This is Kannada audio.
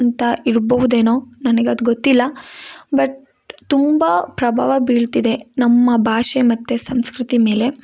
ಅಂತ ಇರಬಹುದೇನೊ ನನಗೆ ಅದು ಗೊತ್ತಿಲ್ಲ ಬಟ್ ತುಂಬ ಪ್ರಭಾವ ಬೀಳ್ತಿದೆ ನಮ್ಮ ಭಾಷೆ ಮತ್ತೆ ಸಂಸ್ಕೃತಿ ಮೇಲೆ